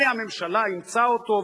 הנה הממשלה אימצה אותו,